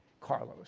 Carlos